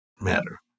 matter